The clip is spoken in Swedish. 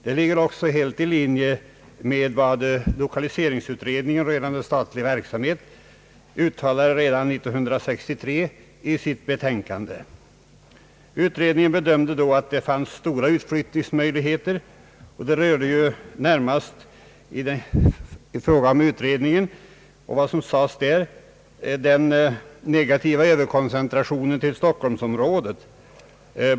Det ligger också helt i linje med vad lokaliseringsutredningen rörande statlig verksamhet uttalade i sitt betänkande redan år 1963. Utredningen bedömde då att det fanns stora utflyttningsmöjligheter, och det gällde då närmast den — som utredningen fann det — negativa överkoncentratio nen till stockholmsområdet.